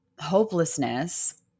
hopelessness